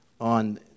on